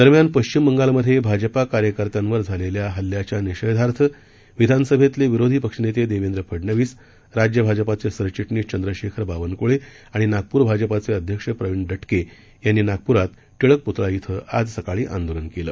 दरम्यान पश्चिम बंगालमधे भाजपा कार्यकर्त्यांवरझालेल्या हल्ल्याच्या निषेधार्थ विधानसभेतले विरोधी पक्षनेते देवेंद्र फडनवीस राज्य भाजपाचे सरचिटणीस चंद्रशेखर बावनक्ळे आणि नागप्र भाजपाचे अध्यक्ष प्रवीण दटके यांनी नागप्रात टिळक प्रतळा इथं आज सकाळी आंदोलन केलं